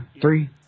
three